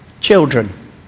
Children